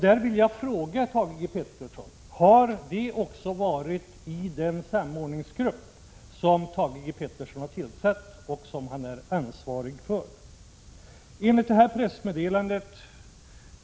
Där vill jag fråga Thage Peterson: Har det förslaget också varit uppe i den samordningsgrupp som Thage Peterson har tillsatt och är ansvarig för?